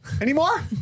anymore